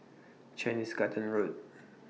Chinese Garden Road